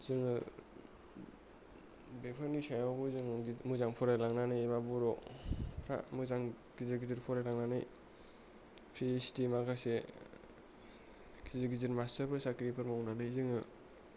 जोङो बेफोरनि सायाव मोजां फरायलांनानै एबा बर'फ्रा मोजां गिदिर गिदिर फरायलांनानै पि एइस डि माखासे गिदिर गिदिर मासटारफोर साक्रिफोर मावनानै